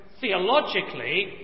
theologically